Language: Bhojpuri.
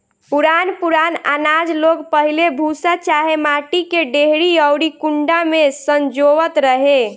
पुरान पुरान आनाज लोग पहिले भूसा चाहे माटी के डेहरी अउरी कुंडा में संजोवत रहे